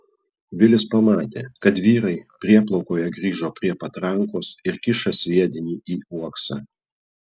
vilis pamatė kad vyrai prieplaukoje grįžo prie patrankos ir kiša sviedinį į uoksą